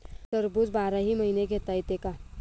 टरबूज बाराही महिने घेता येते का?